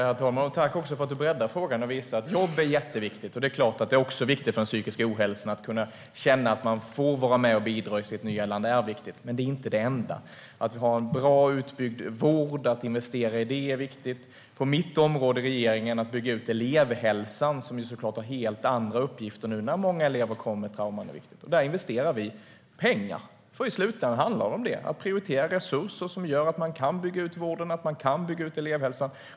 Herr talman! Jag tackar Roland Utbult för att han breddar frågan. Jobb är jätteviktigt, och det är också viktigt för den psykiska hälsan att känna att man får vara med och bidra i sitt nya land. Men det är inte det enda. Att investera i en bra utbyggd vård är också viktigt. På mitt område i regeringen gäller det att bygga ut elevhälsan, som såklart får helt andra uppgifter när många elever har trauman. Här investerar vi pengar, för i slutändan handlar det om att prioritera resurser som gör att vi kan bygga ut vård och elevhälsa.